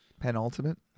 Penultimate